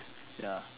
ya